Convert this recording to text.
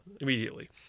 immediately